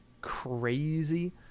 crazy